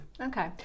Okay